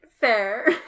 Fair